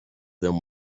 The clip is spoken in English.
them